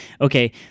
Okay